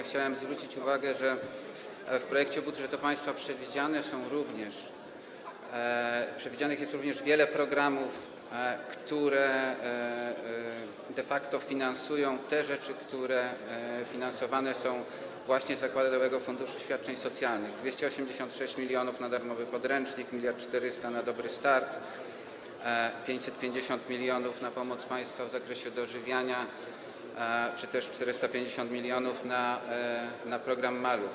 Chciałem zwrócić uwagę, że w projekcie budżetu państwa przewidzianych jest również wiele programów, które de facto finansują te rzeczy, które finansowane są właśnie z zakładowego funduszu świadczeń socjalnych: 286 mln na darmowy podręcznik, 1400 mln na „Dobry start”, 550 mln na pomoc państwa w zakresie dożywiania czy też 450 mln na program „Maluch”